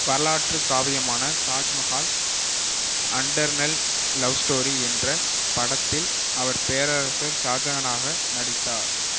வரலாற்று காவியமான Taj Mahal an eternal love story என்ற படத்தில் அவர் பேரரசர் ஷாஜகானாக நடித்தார்